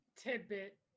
tidbit